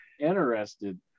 interested